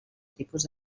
tipus